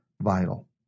vital